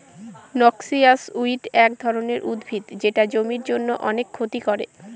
noxious weed এক ধরনের উদ্ভিদ যেটা জমির জন্য অনেক ক্ষতি করে